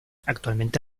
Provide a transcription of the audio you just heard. actualmente